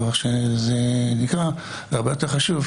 זה הרבה יותר חשוב,